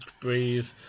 breathe